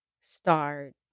start